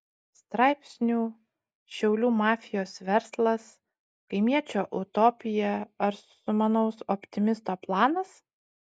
straipsnių šiaulių mafijos verslas kaimiečio utopija ar sumanaus optimisto planas